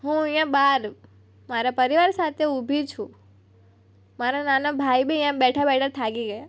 હું અહીંયા બહાર મારા પરિવાર સાથે ઉભી છું મારા નાના ભાઈ બી અહીંયા બેઠા બેઠા થાકી ગયા